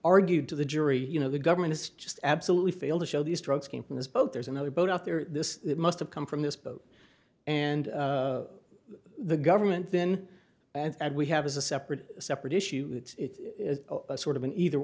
argued to the jury you know the government is just absolutely fail to show these drugs came from this boat there's another boat out there this must have come from this boat and the government been and we have is a separate separate issue it's sort of an either